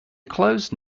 closed